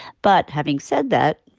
but having said that,